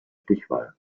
stichwahl